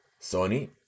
Sony